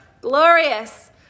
glorious